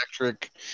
electric